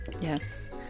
Yes